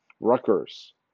Rutgers